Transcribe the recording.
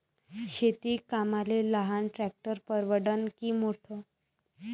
शेती कामाले लहान ट्रॅक्टर परवडीनं की मोठं?